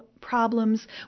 problems